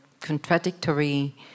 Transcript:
contradictory